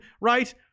right